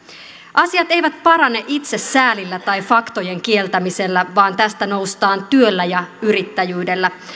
asiat eivät parane itsesäälillä tai faktojen kieltämisellä vaan tästä noustaan työllä ja yrittäjyydellä